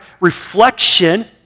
reflection